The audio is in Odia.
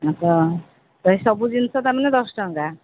ଆଚ୍ଛା ତ ଏଇ ସବୁ ଜିନିଷ ତାମାନେ ଦଶ ଟଙ୍କା